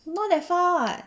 not that far [what]